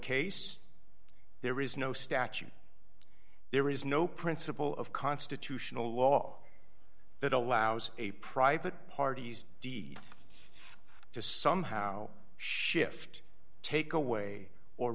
case there is no statute there is no principle of constitutional law that allows a private parties d to somehow shift take away or